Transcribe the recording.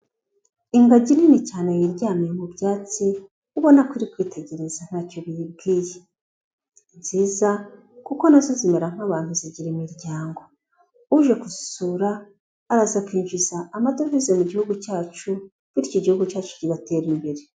Ingagi nini cyane yiryamiye mu byatsi, ubona ko iri kwitegereza nta cyo biyibwiye, ni nziza kuko na zo zimera nk'abantu zigira imiryango, uje gusisura, araza akinjiza amadovize mu gihugu cyacu, bityo igihugu cyacu kigatera imbere.